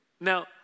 Now